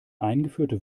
eingeführte